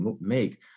make